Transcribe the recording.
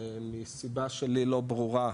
מסיבה שלי לא ברורה,